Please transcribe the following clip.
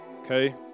Okay